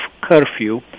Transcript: curfew